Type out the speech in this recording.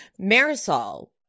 Marisol